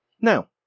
Now